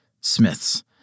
Smiths